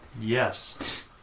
Yes